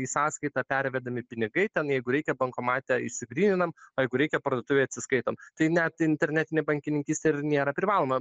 į sąskaitą pervedami pinigai ten jeigu reikia bankomate išsigryninam o jeigu reikia parduotuvėj atsiskaitom tai net internetinė bankininkystė ir nėra privaloma